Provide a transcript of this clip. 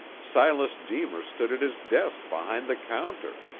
silas deemer stood at his desk behind the counter.